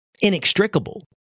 inextricable